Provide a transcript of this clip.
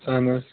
اہن حظ